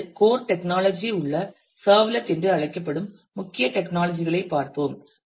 அடுத்து core technology உள்ள servlet என்று அழைக்கப்படும் முக்கிய டெக்னாலஜி களைப் பார்ப்போம்